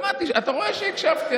שמעתי, אתה רואה שהקשבתי.